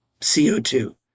CO2